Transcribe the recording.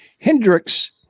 Hendrix